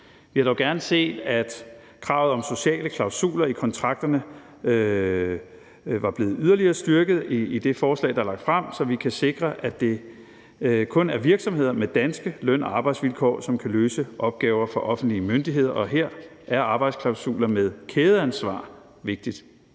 Vi havde dog gerne set, at kravet om sociale klausuler i kontrakterne var blevet yderligere styrket i det forslag, der er lagt frem, så vi kan sikre, at det kun er virksomheder med danske løn- og arbejdsvilkår, som kan løse opgaver for offentlige myndigheder, og her er arbejdsklausuler med kædeansvar vigtigt.